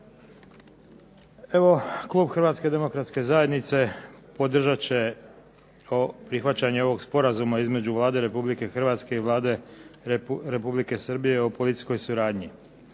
Evo klub Hrvatske demokratske zajednice podržat će prihvaćanje ovog Sporazuma između Vlade Republike Hrvatske i Vlade Republike Srbije o policijskoj suradnji.